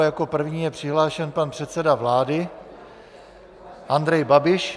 A jako první je přihlášen pan předseda vlády Andrej Babiš.